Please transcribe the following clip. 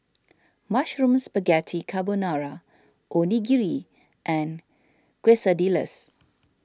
Mushroom Spaghetti Carbonara Onigiri and Quesadillas